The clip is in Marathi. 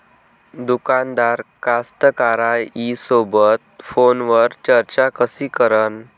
दुकानदार कास्तकाराइसोबत फोनवर चर्चा कशी करन?